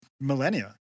millennia